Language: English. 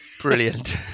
Brilliant